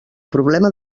problema